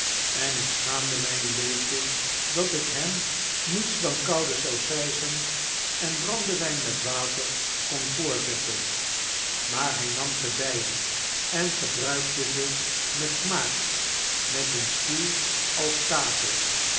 en ik schaamde my een beetje dat ik hem niets dan koude saucijzen en brandewyn met water kon voorzetten maar hy nam ze beide en gebruikte ze met smaak met een stoel als tatel